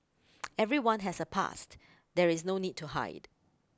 everyone has a past there is no need to hide